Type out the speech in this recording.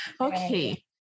okay